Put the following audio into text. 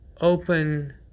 open